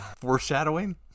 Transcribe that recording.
Foreshadowing